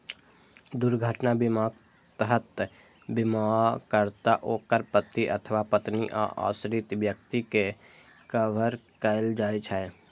दुर्घटना बीमाक तहत बीमाकर्ता, ओकर पति अथवा पत्नी आ आश्रित व्यक्ति कें कवर कैल जाइ छै